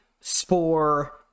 Spore